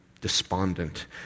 despondent